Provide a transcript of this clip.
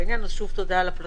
שוב תודה על הפלטפורמה.